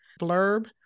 blurb